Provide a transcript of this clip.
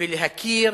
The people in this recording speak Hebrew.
ולהכיר